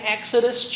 Exodus